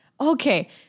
Okay